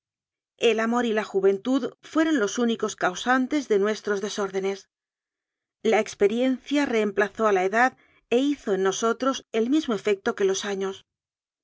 el amor y la juventud fueron los úni cos causantes de nuestros desórdenes la expe riencia reemplazó a la edad e hizo en nosotros si mismo efecto que los años